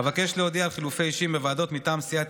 אבקש להודיע על חילופי אישים בוועדות מטעם סיעת